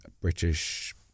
British